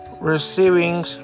Receiving